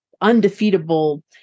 undefeatable